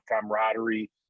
camaraderie